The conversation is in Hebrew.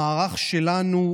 המערך שלנו,